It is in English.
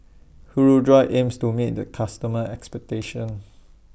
Hirudoid aims to meet its customers' expectations